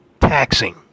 taxing